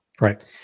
Right